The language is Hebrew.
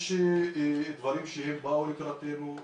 יש דברים שהם באו לקראתנו.